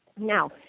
Now